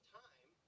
time